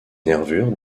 nervures